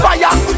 Fire